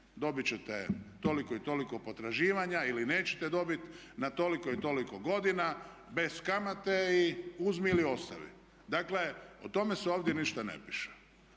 dobit ćete toliko i toliko potraživanja, ili nećete dobiti, na toliko i toliko godina bez kamate i uzmi ili ostavi. Dakle o tome se ovdje ništa ne piše,